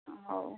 ଅଁ ହଉ